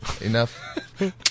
Enough